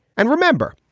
and remember,